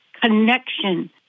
connection